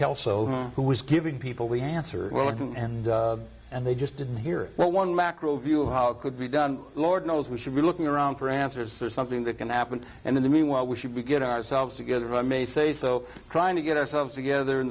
kelso who was giving people the answer and and they just didn't hear well one macro view of how it could be done lord knows we should be looking around for answers or something that can happen and in the meanwhile we should be getting ourselves together i may say so trying to get ourselves together in